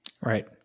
Right